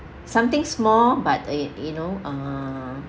something small but uh you know uh